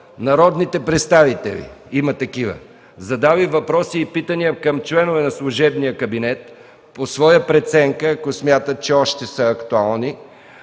народните представители, има такива, задали въпроси и питания към членове на служебния кабинет, по своя преценка, ако смятат, че още са актуални,